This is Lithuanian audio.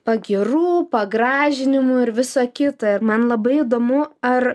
pagyrų pagražinimų ir visa kita ir man labai įdomu ar